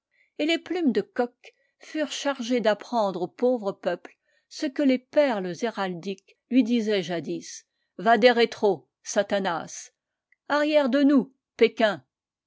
et les plumes de coq furent chargées d'apprendre au pauvre peuple ce que les perles héraldiques lui disaient jadis vade rétro satanas arrière de nous pékins